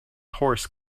horse